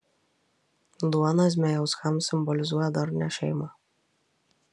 duona zmejauskams simbolizuoja darnią šeimą